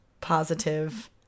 positive